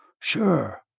Sure